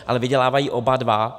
Ale vydělávají oba dva.